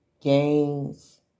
gangs